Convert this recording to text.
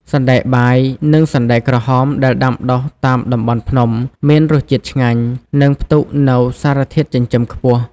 សណ្តែកបាយ និងសណ្តែកក្រហមដែលដាំដុះតាមតំបន់ភ្នំ មានរសជាតិឆ្ងាញ់ និងផ្ទុកនូវសារធាតុចិញ្ចឹមខ្ពស់។